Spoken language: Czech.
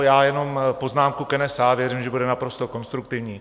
Já jenom poznámku k NSA, věřím, že bude naprosto konstruktivní.